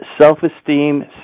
self-esteem